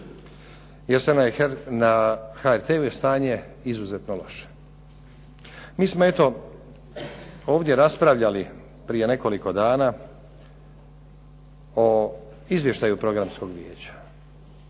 jer se na HRT-ovo stanje izuzetno loše. Mi smo eto ovdje raspravljali prije nekoliko dana o izvještaju Programskog vijeća